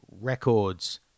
Records